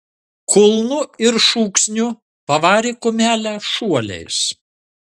kulnu ir šūksniu pavarė kumelę šuoliais